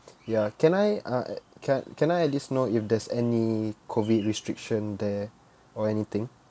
ya can I uh can can I at least know if there's any COVID restriction there or anything